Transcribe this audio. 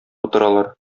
утыралар